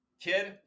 kid